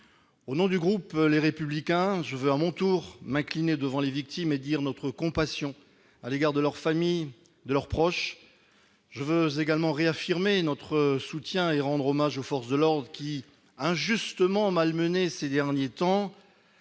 Au nom du groupe Les Républicains, je veux à mon tour m'incliner devant les victimes et dire notre compassion à l'égard de leurs familles et de leurs proches. Je veux également réaffirmer notre soutien et rendre hommage aux forces de l'ordre qui, injustement malmenées ces derniers temps,